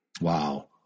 Wow